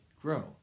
grow